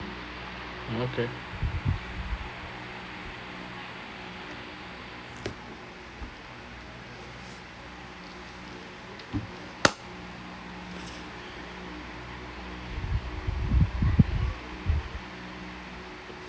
okay